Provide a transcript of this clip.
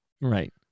right